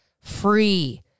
Free